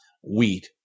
wheat